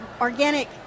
organic